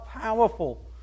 powerful